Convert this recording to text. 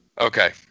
Okay